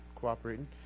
cooperating